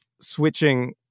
switching